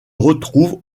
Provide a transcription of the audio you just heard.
retrouvent